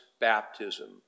baptism